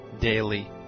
Daily